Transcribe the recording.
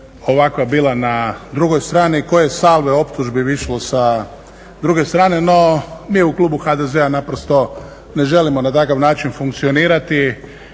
ovakva bila na drugoj strani, koje salve optužbi bi išlo sa druge strane, no mi u klubu HDZ-a naprosto ne želimo na takav način funkcionirati